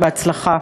בהצלחה.